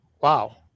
Wow